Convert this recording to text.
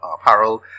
Harold